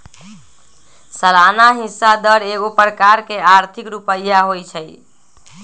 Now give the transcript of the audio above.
सलाना हिस्सा दर एगो प्रकार के आर्थिक रुपइया होइ छइ